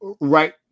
right